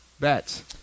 bats